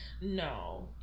No